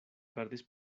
perdis